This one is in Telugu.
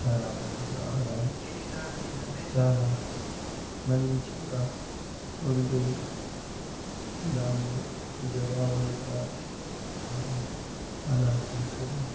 చాలా మంచిగా ఆడాలి చాలా మంచిగా ఉండి దాన్ని జవాబు ఇవ్వాలి అలా చేస్తే